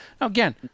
Again